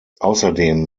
außerdem